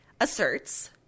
asserts